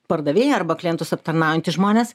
pardavėjai arba klientus aptarnaujantys žmonės